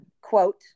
Quote